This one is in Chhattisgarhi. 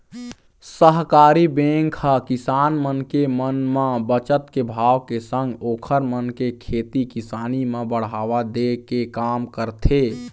सहकारी बेंक ह किसान मन के मन म बचत के भाव के संग ओखर मन के खेती किसानी म बढ़ावा दे के काम करथे